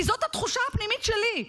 כי זאת התחושה הפנימית שלי.